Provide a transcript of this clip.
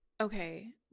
Okay